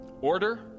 order